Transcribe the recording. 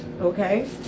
okay